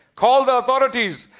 call the authorities,